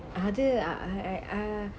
அது:athu ah I I ah